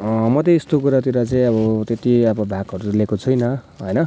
म चाहिँ यस्तो कुरातिर चाहिँ अब त्यति अब भागहरू लिएको छुइनँ होइन